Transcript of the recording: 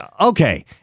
okay